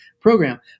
program